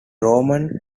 roman